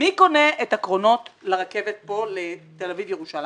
מי קונה את הקרונות לרכבת פה לתל אביב-ירושלים?